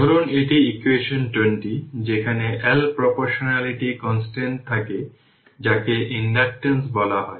ধরুন এটি ইকুয়েশন 20 যেখানে L প্রপোর্শনালিটি কনস্ট্যান্ট থাকে যাকে ইন্ডাকট্যান্স বলা হয়